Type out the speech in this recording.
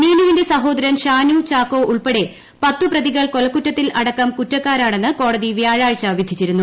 നീനുവിന്റെ സഹോദരൻ ഷാനു ചാക്കോ ഉൾപ്പെടെ പത്തു പ്രതികൾ കൊലക്കുറ്റത്തിൽ അടക്കം കുറ്റക്കാരാണെന്ന് കോടതി വ്യാഴാഴ്ച വിധിച്ചിരുന്നു